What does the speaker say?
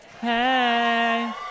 Hey